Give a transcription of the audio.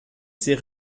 ces